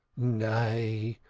nay,